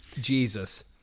Jesus